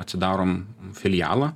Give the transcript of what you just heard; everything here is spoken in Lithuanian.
atsidarom filialą